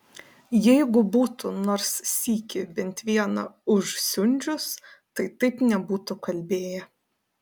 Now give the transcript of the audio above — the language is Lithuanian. jeigu būtų nors sykį bent vieną užsiundžius tai taip nebūtų kalbėję